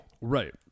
right